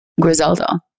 Griselda